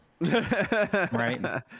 Right